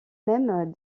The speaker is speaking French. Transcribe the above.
même